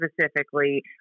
specifically